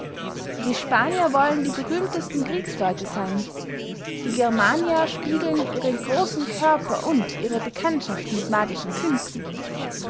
die spanier wollen die berühmtesten kriegsleute seyn die germanier spiegeln ihre großen körper und ihre bekanntschaft mit magischen künsten